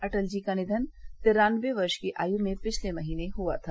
अटल जी का निधन तिरान्नबे वर्ष की आयु में पिछले महीने हुआ था